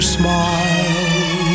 smile